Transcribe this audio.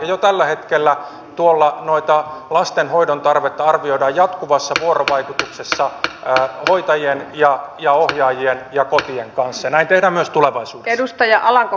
jo tällä hetkellä lastenhoidon tarvetta arvioidaan jatkuvassa vuorovaikutuksessa hoitajien ja ohjaajien ja kotien kanssa ja näin tehdään myös tulevaisuudessa